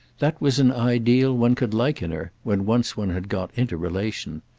that was an ideal one could like in her when once one had got into relation.